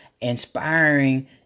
inspiring